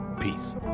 Peace